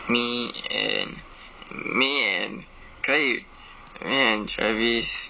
me and me and 可以 me and travis